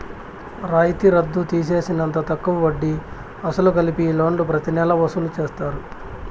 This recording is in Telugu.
రాయితీ రద్దు తీసేసినంత తక్కువ వడ్డీ, అసలు కలిపి ఈ లోన్లు ప్రతి నెలా వసూలు చేస్తారు